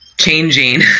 changing